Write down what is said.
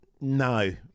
No